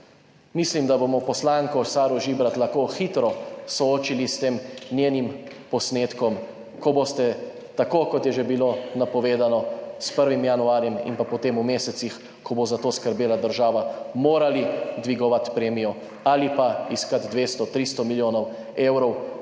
Mislim, da bomo poslanko Saro Žibrat lahko hitro soočili s tem njenim posnetkom, ko boste, tako kot je že bilo napovedano, s 1. januarjem in pa potem v mesecih, ko bo za to skrbela država, morali dvigovati premijo ali pa iskati 200, 300 milijonov evrov